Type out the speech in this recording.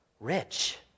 Rich